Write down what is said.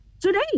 today